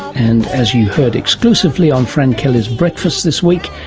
and as you heard exclusively on fran kelly's breakfast this week,